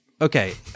Okay